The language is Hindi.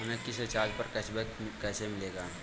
हमें किसी रिचार्ज पर कैशबैक कैसे मिलेगा?